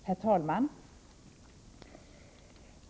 Herr talman!